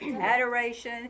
Adoration